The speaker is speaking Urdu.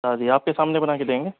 سر جی آ کے سامنے بنا کے دیں گے